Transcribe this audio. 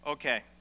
Okay